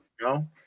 No